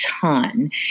ton